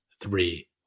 three